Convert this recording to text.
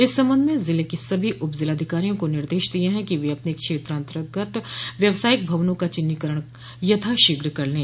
इस संबंध में जिले के सभी उपजिलाधिकारियों को निर्देश दिये है कि वे अपने क्षेत्रान्तर्गत व्यवसायिक भवनों का चिन्हीकरण यथाशीघ्र कर लें